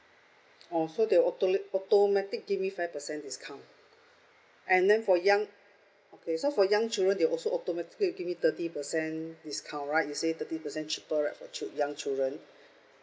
oh so they automatic give me five percent discount and then for young okay so for young children they also automatically give me thirty percent discount right you say thirty percent cheaper right for child~ for young children